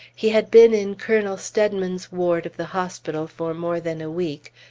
he had been in colonel steadman's ward of the hospital for more than a week,